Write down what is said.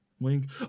link